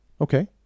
okay